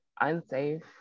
unsafe